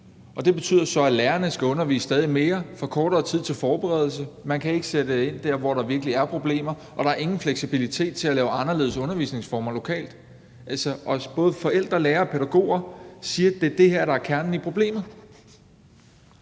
Og det betyder så, at lærerne skal undervise stadig mere, får kortere tid til forberedelse, man kan ikke sætte ind der, hvor der virkelig er problemer, og der er ingen fleksibilitet til at lave anderledes undervisningsformer lokalt, og både forældre, lærere og pædagoger siger, at det er det her, der er kernen i problemet.